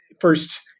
first